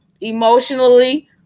emotionally